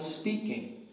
speaking